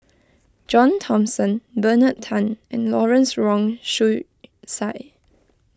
John Thomson Bernard Tan and Lawrence Wong Shyun Tsai